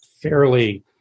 fairly